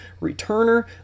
returner